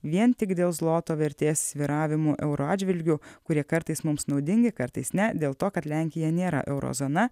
vien tik dėl zloto vertės svyravimų euro atžvilgiu kurie kartais mums naudingi kartais ne dėl to kad lenkija nėra euro zona